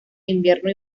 invierno